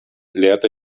lehrte